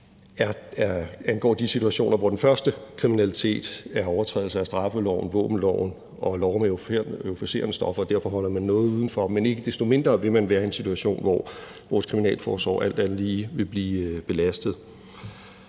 angår de situationer, hvor den første kriminalitet er overtrædelser af straffeloven, våbenloven og lov om euforiserende stoffer, og derfor holder man noget udenfor. Men ikke desto mindre vil man være i en situation, hvor vores kriminalforsorg alt andet lige vil blive belastet.